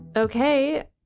Okay